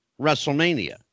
WrestleMania